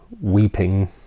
weeping